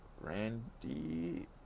Randy